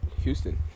houston